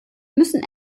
müssen